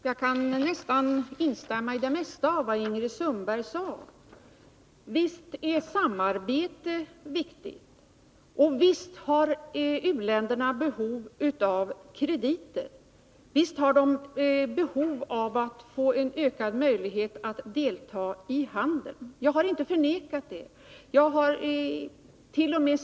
Herr talman! Jag kan instämma i nästan det mesta av vad Ingrid Sundberg sade. Visst är samarbete viktigt, visst har u-länderna behov av krediter och visst har de behov av att få ökade möjligheter att delta i handeln. Jag har inte förnekat det. Jag hart.o.m.